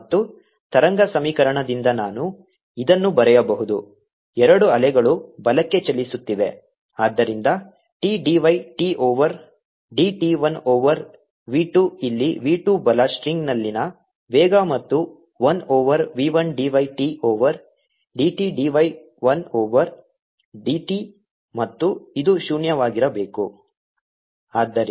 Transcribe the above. ಮತ್ತು ತರಂಗ ಸಮೀಕರಣದಿಂದ ನಾನು ಇದನ್ನು ಬರೆಯಬಹುದು ಎರಡೂ ಅಲೆಗಳು ಬಲಕ್ಕೆ ಚಲಿಸುತ್ತಿವೆ ಆದ್ದರಿಂದ T d y T over d T 1 over v 2 ಇಲ್ಲಿ v 2 ಬಲ ಸ್ಟ್ರಿಂಗ್ನಲ್ಲಿನ ವೇಗ ಮತ್ತು 1 over v 1 d y T over d t d y I over d t ಮತ್ತು ಇದು ಶೂನ್ಯವಾಗಿರಬೇಕು